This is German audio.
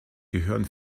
gehören